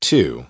Two